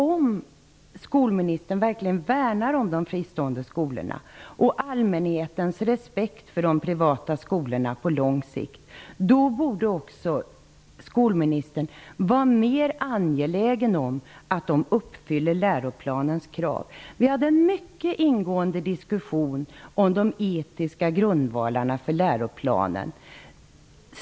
Om skolministern värnar om de fristående skolorna och allmänhetens respekt för de privata skolorna på lång sikt, borde skolministern vara mer angelägen om att de uppfyller läroplanens krav. Vi hade en mycket ingående diskussion om de etiska grundvalarna för läroplanen.